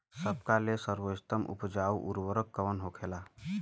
सबका ले सर्वोत्तम उपजाऊ उर्वरक कवन होखेला?